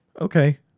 okay